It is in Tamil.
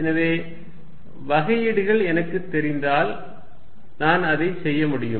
எனவே வகையீடுகள் எனக்குத் தெரிந்தால் நான் அதைச் செய்ய முடியும்